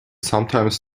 sometimes